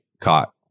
caught